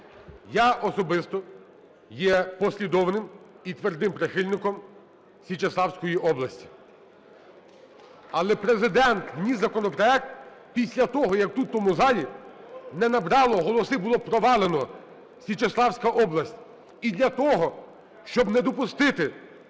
Я особисто є послідовним і твердим прихильником Січеславської області. Але Президент вніс законопроект після того, як тут, в цьому залі, не набрало голоси, було провалено Січеславська область. І для того, щоб не допустити